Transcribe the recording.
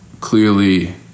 clearly